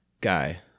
guy